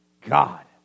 God